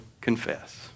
confess